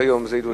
שהיום זה הילולה,